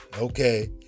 okay